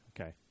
Okay